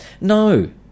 No